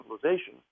civilization